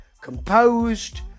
composed